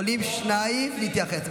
יכולים שניים להתייחס.